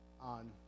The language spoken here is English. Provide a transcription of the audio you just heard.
on